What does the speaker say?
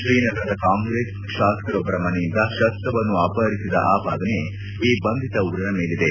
ಶ್ರೀನಗರದ ಕಾಂಗ್ರೆಸ್ ಶಾಸಕರೊಬ್ಬರ ಮನೆಯಿಂದ ಶಸ್ತವನ್ನು ಅಪಹರಿಸಿದ ಆಪಾದನೆಯ ಈ ಬಂಧಿತ ಉಗ್ರನ ಮೇಲಿದೆ